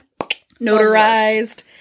Notarized